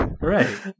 Right